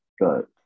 good